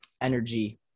energy